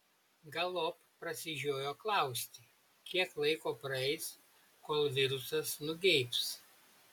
galop prasižiojo klausti kiek laiko praeis kol virusas nugeibs